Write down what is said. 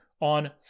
on